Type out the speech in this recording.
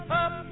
up